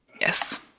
Yes